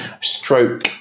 stroke